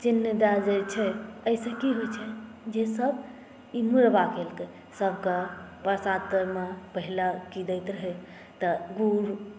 चिह्न दए दैत छै एहिसँ की होइत छै जे सभ सभकेँ पैसा तरमे पहिला की दैत रहै तऽ गुड़